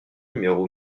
numéro